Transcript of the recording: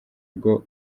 ryo